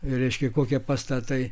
reiškia kokie pastatai